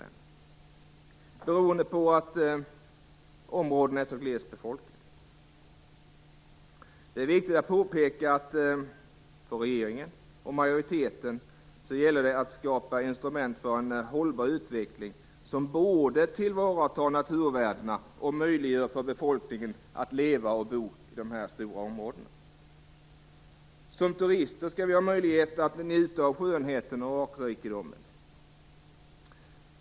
Det beror på den glesa befolkningen i dessa områden. Det är viktigt att påpeka att det för regeringen och riksdagsmajoriteten gäller att skapa instrument för en hållbar utveckling som både tillvaratar naturvärdena och möjliggör för befolkningen att leva och bo i dessa stora områden. Som turister skall vi ha möjlighet att njuta av skönheten och artrikedomen.